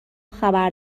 خبر